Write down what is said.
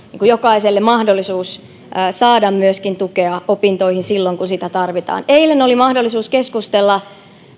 jokaiselle mahdollisuus saada tukea opintoihin silloin kun sitä tarvitaan eilen oli mahdollisuus keskustella